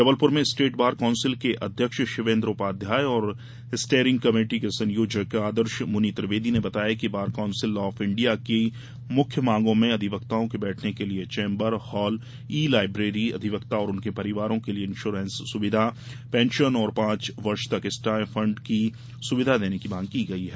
जबलपुर में state bar council के अध्यक्ष शिवेन्द्र उपाध्याय और स्टेयरिंग कमेटी के संयोजक आदर्श मुनि त्रिवेदी ने बताया कि बार कौंसिल ऑफ इंडिया की मुख्य मांगों में अधिवक्ताओं के बैठने के लिए चेम्बर हॉल ई लायब्रेरी अधिवक्ता और उनके परिवारों के लिए इंश्योरेंस सुविधा पेंशन और पांच वर्ष तक स्टायफंड की सुविधा देने की मांग की गई है